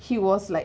he was like